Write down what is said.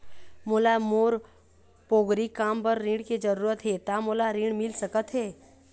मोला मोर पोगरी काम बर ऋण के जरूरत हे ता मोला ऋण मिल सकत हे?